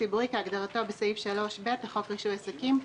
ציבורי כהגדרתו בסעיף 3(ב) לחוק רישוי עסקים,